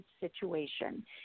situation